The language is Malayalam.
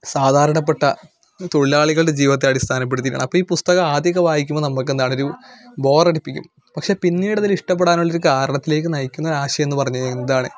സാധാരണപ്പെട്ട തൊഴിലാളികളുടെ ജീവിതത്തെ അടിസ്ഥനപ്പെടുത്തിയിട്ടാണ് അപ്പം ഈ പുസ്തകത്തെ ആദ്യമൊക്കെ വായിക്കുമ്പം നമുക്ക് എന്താണൊരു ബോറടിപ്പിക്കും പക്ഷെ പിന്നീടതിൽ ഇഷ്ടപ്പെടാനുള്ള ഒരു കാരണത്തിലേക്ക് നയിക്കുന്ന ഒരാശയം എന്ന് പറഞ്ഞു കഴിഞ്ഞാൽ എന്താണ്